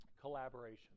collaboration